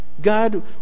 God